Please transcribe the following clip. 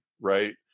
right